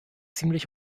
ziemlich